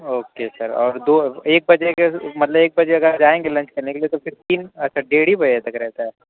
okay sir اور دو ایک بجے کے مطلب ایک بجے اگر جائیں گے لنچ کرنے کے لیے تو پھر تین اچھر ڈیڑھ ہی بجے تک رہتا ہے